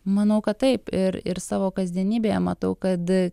manau kad taip ir ir savo kasdienybėje matau kad